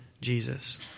Jesus